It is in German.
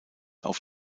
auf